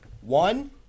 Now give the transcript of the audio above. one